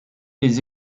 les